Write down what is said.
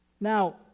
Now